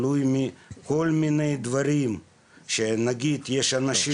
כל מיני דברים שנגיד יש אנשים,